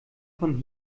von